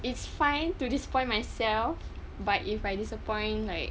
it's fine to disappoint myself but if I disappoint like